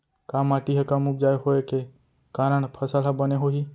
का माटी हा कम उपजाऊ होये के कारण फसल हा बने होही?